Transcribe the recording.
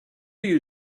you